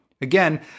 Again